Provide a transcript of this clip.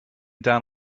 down